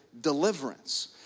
deliverance